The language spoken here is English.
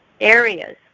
areas